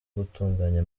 gutunganya